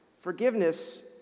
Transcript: forgiveness